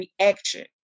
reaction